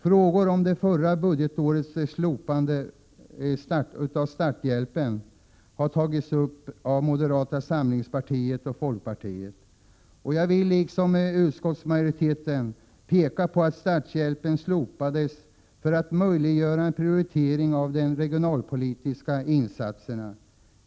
Frågor om den under förra budgetåret slopade starthjälpen har tagits upp av moderata samlingspartiet och folkpartiet. Jag vill, liksom utskottsmajoriteten, framhålla att starthjälpen slopades för att möjliggöra en prioritering av de regionalpolitiska insatserna.